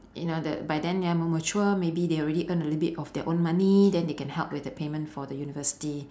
you know the by then ya more mature maybe they already earn a little bit of their own money then they can help with the payment for the university